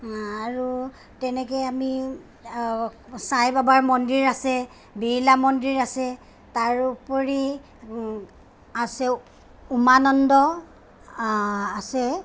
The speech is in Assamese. আৰু তেনেকে আমি সাই বাবাৰ মন্দিৰ আছে বীৰলা মন্দিৰ আছে তাৰোপৰি আছে উমানন্দ আছে